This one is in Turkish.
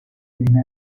gelinen